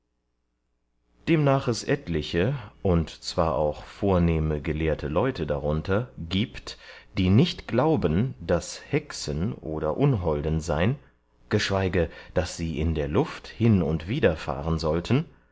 demnach es etliche und zwar auch vornehme gelehrte leute darunter gibt die nicht glauben daß hexen oder unholden sein geschweige daß sie in der luft hin und wieder fahren sollten